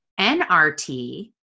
NRT